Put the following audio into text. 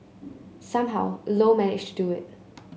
somehow Low managed to do it